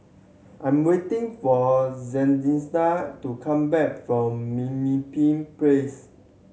I'm waiting for Celestia to come back from Mimpin Place